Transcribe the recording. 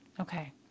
okay